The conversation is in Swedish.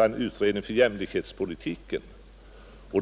en utredning för jämlikhetspolitiken skall tillsättas.